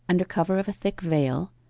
under cover of a thick veil,